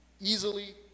easily